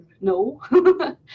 no